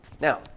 Now